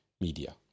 media